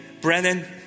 Brennan